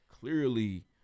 clearly